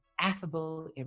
Affable